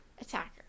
attacker